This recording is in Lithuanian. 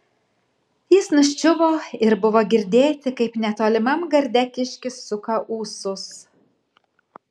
jis nuščiuvo ir buvo girdėti kaip netolimam garde kiškis suka ūsus